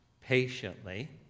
patiently